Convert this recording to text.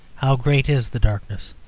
how great is the darkness,